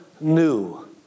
new